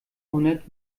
hundert